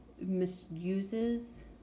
misuses